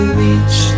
reach